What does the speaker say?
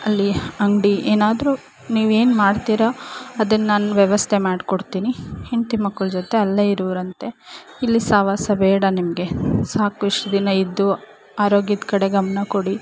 ಅಲ್ಲಿ ಅಂಗಡಿ ಏನಾದರೂ ನೀವೇನು ಮಾಡ್ತೀರ ಅದನ್ನು ನಾನು ವ್ಯವಸ್ಥೆ ಮಾಡ್ಕೊಡ್ತೀನಿ ಹೆಂಡತಿ ಮಕ್ಕಳ ಜೊತೆ ಅಲ್ಲೇ ಇರುವಿರಂತೆ ಇಲ್ಲಿ ಸಹವಾಸ ಬೇಡ ನಿಮಗೆ ಸಾಕು ಇಷ್ಟು ದಿನ ಇದ್ದು ಆರೋಗ್ಯದ ಕಡೆ ಗಮನಕೊಡಿ